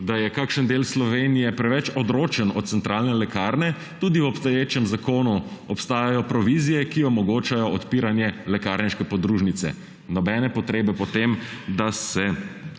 da je kakšen del Slovenije preveč odročen od centralne lekarne tudi v obstoječem zakonu, obstajajo provizije, ki omogočajo odpiranje lekarniške podružnice. Nobene potrebe ni po tem, da se